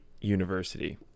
University